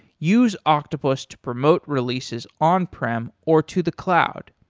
use octopus to promote releases on-prem or to the cloud.